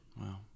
Wow